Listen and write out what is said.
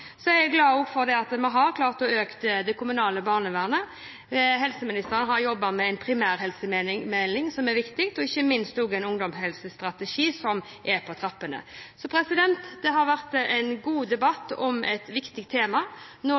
Så er jeg også glad for at vi har klart å øke det kommunale barnevernet. Helseministeren har jobbet med en primærhelsemelding, som er viktig, og ikke minst er det også en ungdomshelsestrategi på trappene. Dette har vært en god debatt om et viktig tema. Nå